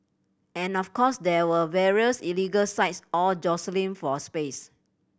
and of course there are various illegal sites all jostling for a space